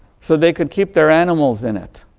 so they could keep their animals in it.